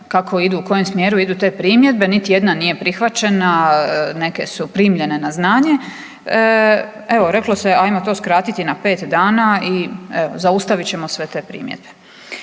kako idu u kojem smjeru idu te primjedbe, niti jedna nije prihvaćena, neke su primljene na znanje, evo reklo se ajmo to skratiti na pet dana i evo zaustavit ćemo sve te primjedbe.